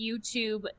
YouTube